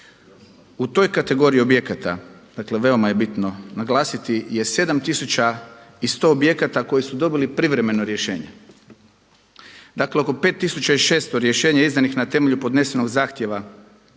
U toj kategoriji objekata, dakle veoma je bitno naglasiti je 7100 objekata koji su dobili privremeno rješenje. Dakle, 5600 rješenja izdanih na temelju podnesenog zahtjeva